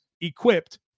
equipped